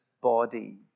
body